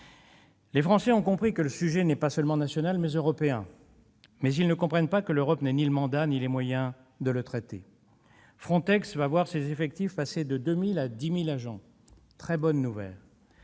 Les Français ont compris que le sujet est non pas seulement national, mais européen. Néanmoins, ils ne comprennent pas que l'Europe n'ait ni le mandat ni les moyens de le traiter. Frontex va voir ses effectifs passer de 2 000 à 10 000 agents : très bonne nouvelle-